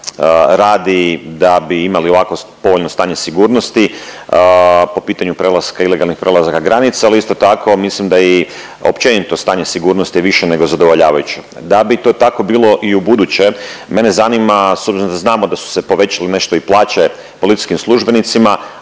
radi da bi imali ovako povoljno stanje sigurnosti po pitanju prelazaka, ilegalnih prelazaka granica ali isto tako mislim da je i općenito stanje sigurnosti više nego zadovoljavajuće. Da bi to tako bilo i ubuduće mene zanima s obzirom da znamo da su se povećale nešto i plaće policijskim službenicima,